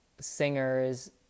singers